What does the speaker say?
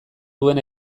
duen